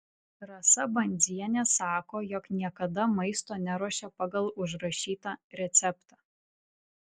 rasa bandzienė sako jog niekada maisto neruošia pagal užrašytą receptą